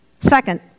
Second